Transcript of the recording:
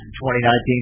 2019